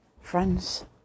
friends